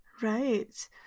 Right